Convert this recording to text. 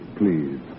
please